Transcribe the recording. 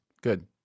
good